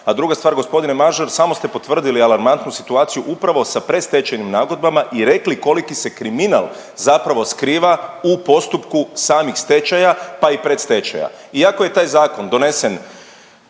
A druga stvar gospodine Mažar samo ste potvrdili alarmantnu situaciju upravo sa predstečajnim nagodbama i rekli koliki se kriminal zapravo skriva u postupku samih stečaja pa i predstečaja. Iako je taj zakon donesen